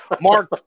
Mark